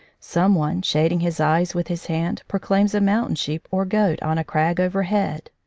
some one, shading his eyes with his hand, proclaims a mountain sheep or goat on a crag over head.